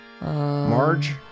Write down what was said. Marge